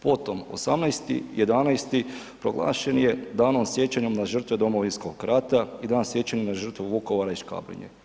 Potom 18. 11. proglašen je Danom sjećanja na žrtve Domovinskog rata i Dan sjećanja na žrtvu Vukovara i Škabrnje.